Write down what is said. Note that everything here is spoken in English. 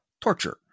Torture